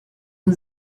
the